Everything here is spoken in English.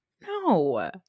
No